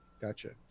gotcha